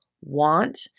want